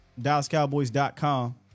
DallasCowboys.com